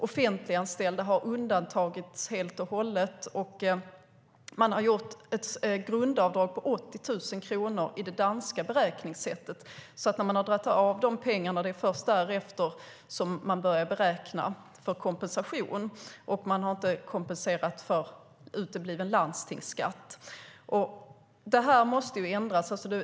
Offentliganställda har undantagits helt och hållet, och man har gjort ett grundavdrag på 80 000 kronor i det danska beräkningssättet. Det är först därefter man börjar beräkna för kompensation, och man har inte kompenserat för utebliven landstingsskatt. Det måste ändras.